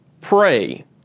pray